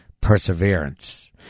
perseverance